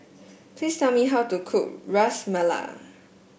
please tell me how to cook Ras Malai